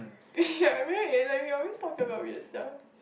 ya right like we always talk about weird stuff